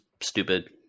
stupid